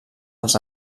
als